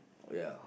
ya